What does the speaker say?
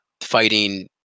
fighting